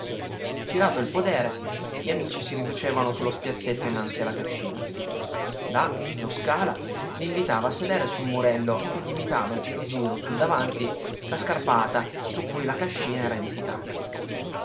girato il podere gli amici si riducevano su lo spiazzetto innanzi alla cascina là lo scala li invitava a sedere sul murello che limitava giro giro sul davanti la scarpata su cui la cascina era edificata